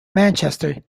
manchester